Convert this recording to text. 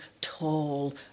tall